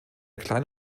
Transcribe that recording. klein